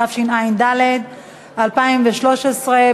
התשע"ד 2013,